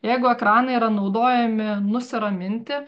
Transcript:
jeigu ekranai yra naudojami nusiraminti